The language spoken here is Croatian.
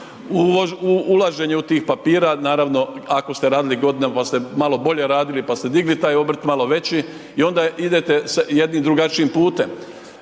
ulaženje u tih papira. Naravno ako ste radili godinama ste malo bolje radili pa ste digli taj obrt malo veći i onda idete jednim drugačijim putem.